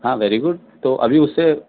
ہاں very good تو ابھی اُس سے